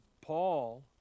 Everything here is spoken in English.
Paul